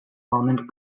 almond